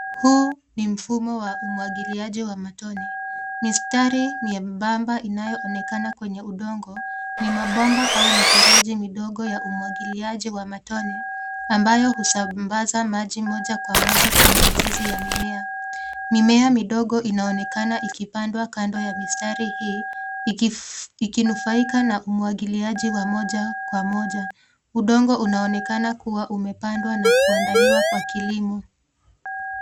Huu ni mfumo wa umwagiliaji wa matone. Mistari miembamba inayoonekana kwenye udongo, ni mabomba au mifereji midogo ya umwagiliaji wa matone, ambayo husambaza maji moja kwa moja kwenye mizizi ya mimea. Mimea midogo inaonekana ikipandwa kando ya mistari hii, ikinufaika na umwagiliaji wa moja kwa moja, udongo unaonekana kuwa umepandwa na kuandaliwa kwa kilimo.